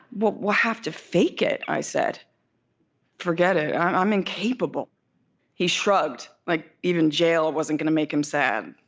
well, we'll have to fake it i said forget it. i'm incapable he shrugged, like even jail wasn't gonna make him sad,